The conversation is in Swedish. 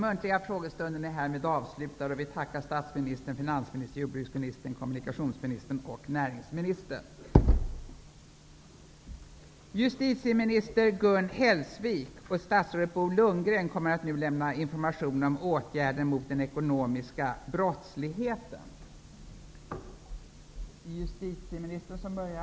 Utöver vad som tidigare aviserats om information av justitieminister Gun Hellsvik och statsrådet Bo Lundgren får jag anmäla att information också lämnas av finansminister Anne Wibble .